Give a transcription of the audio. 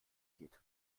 geht